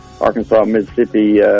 Arkansas-Mississippi